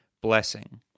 blessing